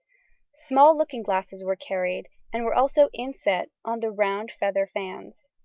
small looking-glasses were carried, and were also inset on the round feather fans.